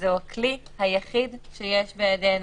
וזהו הכלי היחיד שיש בידינו.